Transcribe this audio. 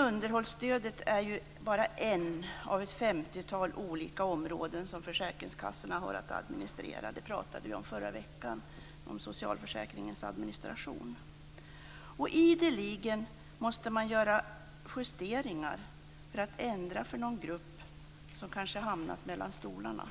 Underhållsstödet är bara ett av ett femtiotal olika områden som försäkringskassorna har att administrera. Det tog vi upp förra veckan då vi pratade om socialförsäkringens administration. Ideligen måste man göra justeringar för att ändra för någon grupp som kanske hamnat mellan stolarna.